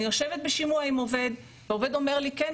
אני יושבת בשימוע עם עובד והעובד אומר לי "כן,